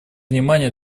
внимание